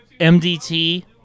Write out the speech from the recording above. MDT